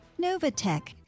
Novatech